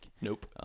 Nope